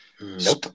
Nope